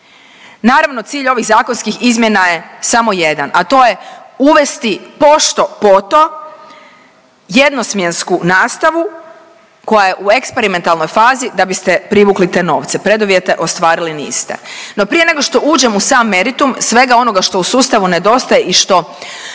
Naravno cilj ovih zakonskih izmjena je samo jedan, a to je uvesti pošto poto jednosmjensku nastavu koja je u eksperimentalnoj fazi, da biste privukli te novce, preduvjete ostvarili niste. No prije nego što uđem u sam meritum svega onoga što u sustavu nedostaje i što